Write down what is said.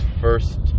first